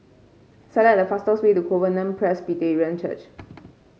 select the fastest way to Covenant Presbyterian Church